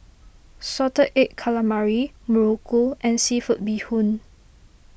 Salted Egg Calamari Muruku and Seafood Bee Hoon